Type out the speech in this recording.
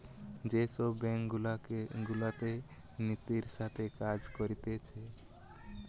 যে সব ব্যাঙ্ক গুলাতে নীতির সাথে কাজ করতিছে